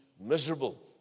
miserable